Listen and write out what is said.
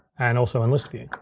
and also in list view.